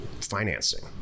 financing